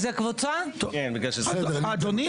אדוני,